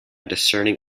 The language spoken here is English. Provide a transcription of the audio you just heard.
discerning